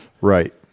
Right